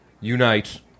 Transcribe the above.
unite